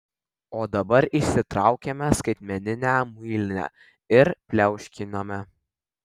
o dabar išsitraukiame skaitmeninę muilinę ir pliauškiname